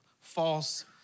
false